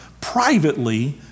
privately